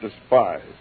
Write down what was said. despise